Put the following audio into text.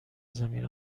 زمین